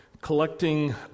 collecting